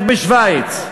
איך בשווייץ?